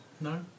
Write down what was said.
No